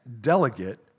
delegate